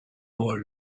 boy